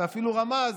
ואפילו רמז,